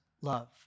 love